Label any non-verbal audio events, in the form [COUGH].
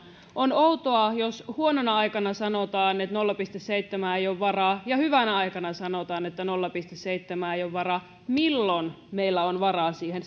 on outoa jos huonona aikana sanotaan että nolla pilkku seitsemään ei ole varaa ja hyvänä aikana sanotaan että nolla pilkku seitsemään ei ole varaa milloin meillä on varaa siihen [UNINTELLIGIBLE]